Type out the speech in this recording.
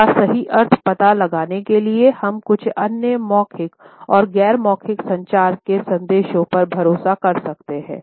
इसका सही अर्थ पता लगाने के लिए हम कुछ अन्य मौखिक और गैर मौखिक संचार के संदेशों पर भरोसा कर सकते हैं